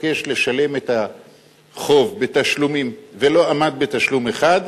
נתבקש לשלם את החוב בתשלומים ולא עמד בתשלום אחד,